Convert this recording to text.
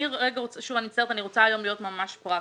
אני מצטערת, אני רוצה להיות היום ממש פרקטית.